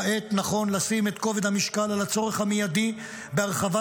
כעת נכון לשים את כובד המשקל על הצורך המיידי בהרחבת